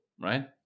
right